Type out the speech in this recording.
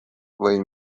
või